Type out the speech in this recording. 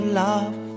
love